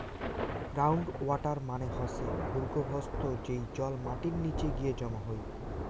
ground water মানে হসে ভূর্গভস্থ, যেই জল মাটির নিচে গিয়ে জমা হই